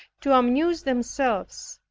to amuse themselves,